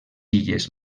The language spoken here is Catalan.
illes